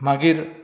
मागीर